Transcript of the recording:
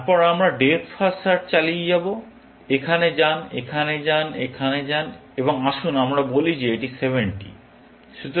তারপর আমরা depth first চালিয়ে যাব এখানে যান এখানে যান এখানে যান এবং আসুন আমরা বলি যে এটি 70